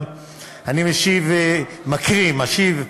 אבל אני מקריא, משיב,